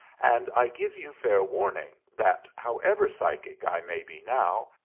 and i give you fair warning that, however psychic i may be now,